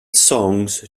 songs